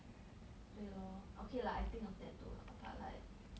对 lor okay lah I think of that too lah but like